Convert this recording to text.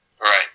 Right